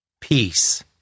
peace